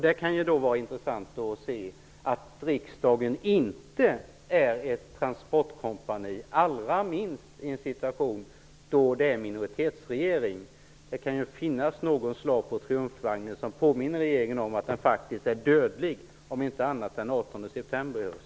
Det kan då vara intressant att se att riksdagen inte är ett transportkompani, allra minst i en situation med en minoritetsregering. Det kan ju finnas någon slav på triumfvagnen som påminner regeringen om att den faktiskt är dödlig, om inte annat den 18 september i höst.